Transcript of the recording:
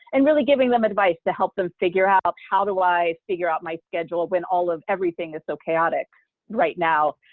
and really giving them advice to help them figure out how do i figure out my schedule when all of everything is so chaotic right now?